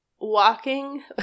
walking